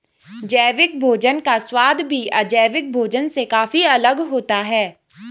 जैविक भोजन का स्वाद भी अजैविक भोजन से काफी अलग होता है